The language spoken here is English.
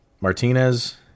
Martinez